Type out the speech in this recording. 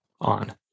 On